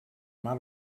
mar